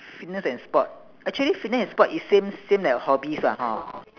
fitness and sport actually fitness and sport is same same like hobbies lah hor